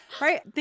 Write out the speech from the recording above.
Right